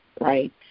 right